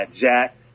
Jack